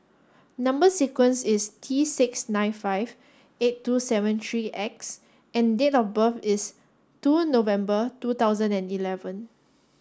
number sequence is T six nine five eight two seven three X and date of birth is two November two thousand and eleven